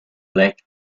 black